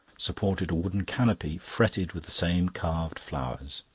supported a wooden canopy fretted with the same carved flowers.